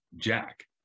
Jack